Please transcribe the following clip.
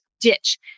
ditch